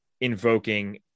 invoking